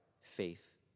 faith